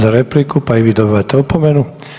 za repliku, pa i vi dobivate opomenu.